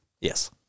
Yes